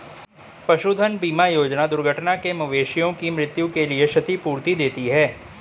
पशुधन बीमा योजना दुर्घटना से मवेशियों की मृत्यु के लिए क्षतिपूर्ति देती है